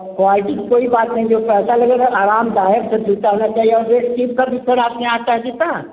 quality की कोई बात नहीं जो पैसा लगेगा आरामदायक सर जूता होना चाहिए और रेड चीफ का भी सर आपके यहाँ आता हैं जूता